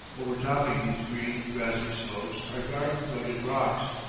overtopping these green, grassy slopes are dark, rugged rocks,